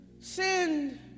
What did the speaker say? send